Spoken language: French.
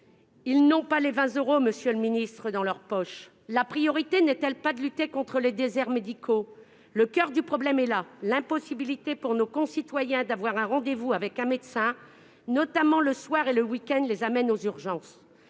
Elles n'ont pas les 20 euros dans leur poche, monsieur le ministre ! La priorité n'est-elle pas de lutter contre les déserts médicaux ? Le coeur du problème est là : l'impossibilité, pour nos concitoyens, d'obtenir un rendez-vous avec un médecin, notamment le soir et le week-end, les amène aux urgences.